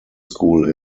school